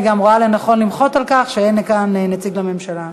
אני גם רואה לנכון למחות על כך שאין כאן נציג הממשלה.